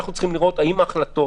אנחנו צריכים לראות האם ההחלטות